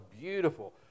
beautiful